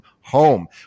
home